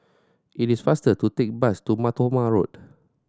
it is faster to take the bus to Mar Thoma Road